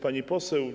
Pani Poseł!